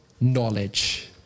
knowledge